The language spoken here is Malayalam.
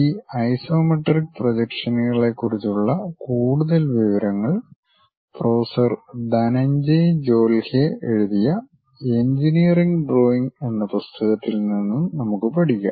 ഈ ഐസോമെട്രിക് പ്രൊജക്ഷനുകളെക്കുറിച്ചുള്ള കൂടുതൽ വിവരങ്ങൾ പ്രൊഫസർ ധനഞ്ജയ് ജോൽഹെ എഴുതിയ എഞ്ചിനീയറിംഗ് ഡ്രോയിംഗ് എന്ന പുസ്തകത്തിൽ നിന്ന് നമുക്ക് പഠിക്കാം